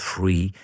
Free